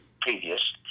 previous